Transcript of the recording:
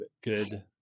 Good